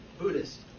Buddhist